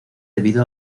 debido